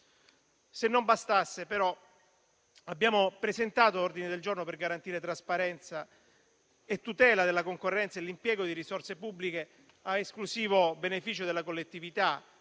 Se non bastasse, però, abbiamo presentato ordini del giorno per garantire trasparenza, tutela della concorrenza e l'impiego di risorse pubbliche a esclusivo beneficio della collettività.